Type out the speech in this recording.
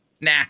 nah